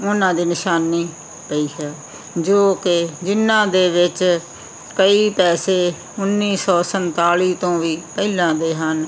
ਉਹਨਾਂ ਦੀ ਨਿਸ਼ਾਨੀ ਪਈ ਹੈ ਜੋ ਕਿ ਜਿਨ੍ਹਾਂ ਦੇ ਵਿੱਚ ਕਈ ਪੈਸੇ ਉੱਨੀ ਸੌ ਸੰਤਾਲੀ ਤੋਂ ਵੀ ਪਹਿਲਾਂ ਦੇ ਹਨ